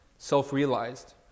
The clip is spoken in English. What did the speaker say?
self-realized